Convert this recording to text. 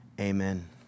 Amen